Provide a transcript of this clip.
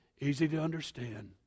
easy-to-understand